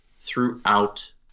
throughout